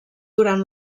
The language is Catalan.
durant